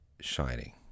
Shining